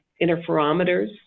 interferometers